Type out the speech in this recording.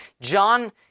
John